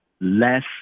Less